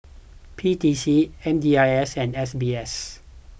P T C M D I S and S B S